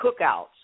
cookouts